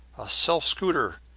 skelf-skooter,